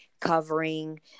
covering